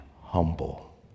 humble